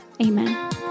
amen